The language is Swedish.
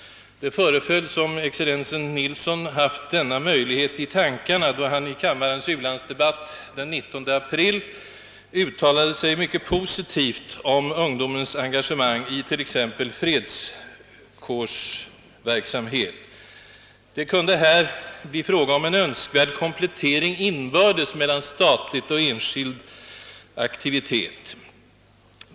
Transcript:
Det föreföll som om excellensen Nilsson hade denna möjlighet i tankarna, då han i kammarens u-landsdebatt den 19 april i år uttalade sig mycket positivt om ungdomens engagemang i t.ex. fredskårsverksamhet. Det kunde här bli fråga om en önskvärd komplettering in bördes mellan statlig och enskild aktivitet.